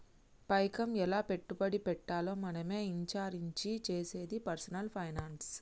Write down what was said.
పైకం ఎలా పెట్టుబడి పెట్టాలో మనమే ఇచారించి చేసేదే పర్సనల్ ఫైనాన్స్